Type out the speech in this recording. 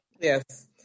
Yes